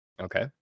Okay